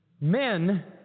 men